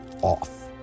off